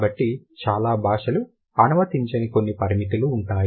కాబట్టి చాలా భాషలు అనుమతించని కొన్ని పరిమితులు ఉంటాయి